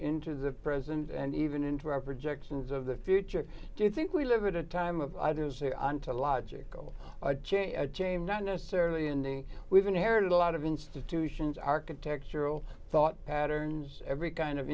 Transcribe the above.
into the present and even into our projections of the future do you think we live in a time of others or ontological jame not necessarily ending we've inherited a lot of institutions architectural thought patterns every kind of